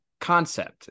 concept